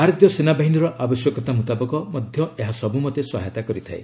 ଭାରତୀୟ ସେନାବାହିନୀର ଆବଶ୍ୟକତା ମୁତାବକ ମଧ୍ୟ ଏହା ସବୁମତେ ସହାୟତା କରିଥାଏ